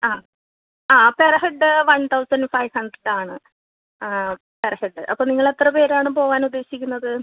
ആ ആ per head one thousand five hundred ആണ് പെർ ഹെഡ്ഡ് അപ്പം നിങ്ങളെത്ര പേരാണ് പോവാനുദ്ദേശിക്കുന്നത്